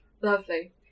Lovely